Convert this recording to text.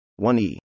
1e